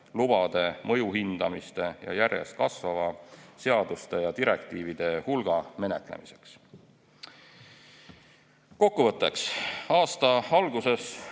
lubade, mõjuhindamiste ning järjest kasvava seaduste ja direktiivide hulga menetlemiseks. Kokkuvõtteks. Aasta alguses